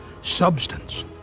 substance